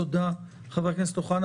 תודה, חבר הכנסת אוחנה.